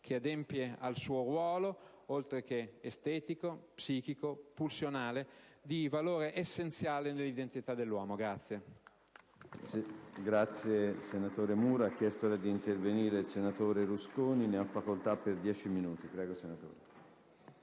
che adempie al suo ruolo, oltre che estetico, psichico, pulsionale, di valore essenziale nell'identità dell'uomo.